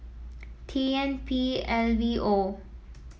T N P L V O